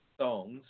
songs